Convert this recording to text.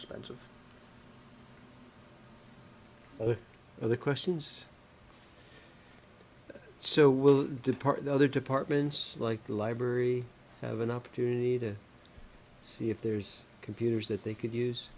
expensive over the questions so will depart other departments like the library have an opportunity to see if there's computers that they could use